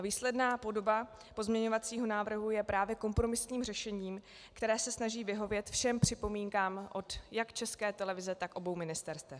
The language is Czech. Výsledná podoba pozměňovacího návrhu je právě kompromisním řešením, které se snaží vyhovět všem připomínkám jak od České televize, tak obou ministerstev.